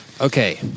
Okay